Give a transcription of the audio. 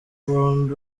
bombi